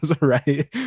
right